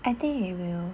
I think it will